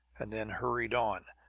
and then hurried on.